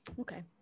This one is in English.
okay